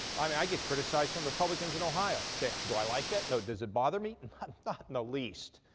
i mean, i get criticized from republicans in ohio. okay, do i like that? no. does it bother me? not in the least.